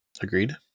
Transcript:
Agreed